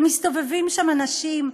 מסתובבים שם אנשים,